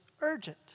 urgent